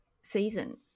season